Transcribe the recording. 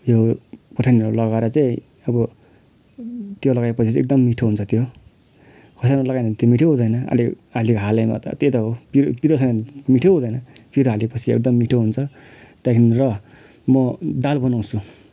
यो खोर्सानीहरू लगाएर चाहिँ अब त्यो लगाएपछि एकदम मिठो हुन्छ त्यो खोर्सानी लगाएन भने त त्यो मिठै हुँदैन अलिअलि हालेमा त त्यही त हो पिरो पिरो छैन भने त मिठै हुँदैन पिरो हालेपछि एकदम मिठो हुन्छ त्यहाँदेखि र म दाल बनाउँछु